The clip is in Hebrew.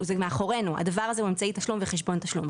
זה מאחורי; הדבר הזה הוא אמצעי תשלום וחשבון תשלום.